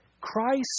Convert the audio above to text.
Christ